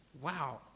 Wow